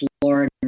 Florida